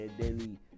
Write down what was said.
daily